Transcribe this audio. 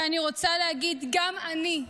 ואני רוצה להגיד: גם אני,